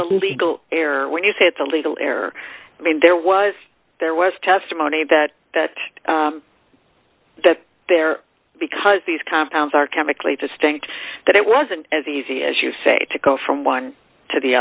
a legal error when you say it's a legal error i mean there was there was testimony that that that there because these compounds are chemically distinct that it wasn't as easy as you say to go from one to the